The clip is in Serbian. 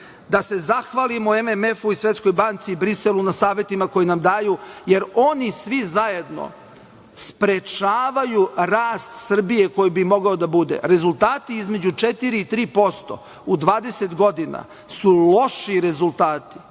da se zahvali MMF, Svetskoj Banci i Briselu na savetima koje nam daju, jer oni svi zajedno sprečavaju rast Srbije koji bi mogao da bude. Rezultati između četiri i tri posto u 20 godina su loši rezultati.